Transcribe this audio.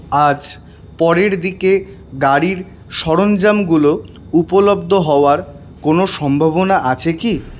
আজ পরের দিকে গাড়ির সরঞ্জামগুলো উপলব্ধ হওয়ার কোনও সম্ভাবনা আছে কি